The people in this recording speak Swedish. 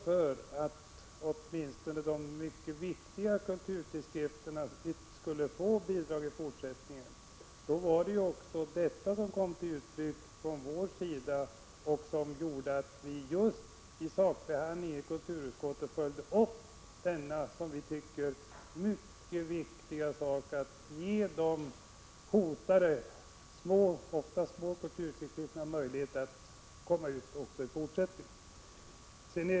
Dock skulle åtminstone de mycket viktiga kulturtidskrifterna få bidrag i fortsättningen. Från vår sida följde vi vid sakbehandlingen i kulturutskottet upp denna som vi tycker mycket viktiga fråga, för att de hotade, oftast små, kulturtidskrifterna skall ha möjlighet att komma ut även i fortsättningen.